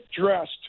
dressed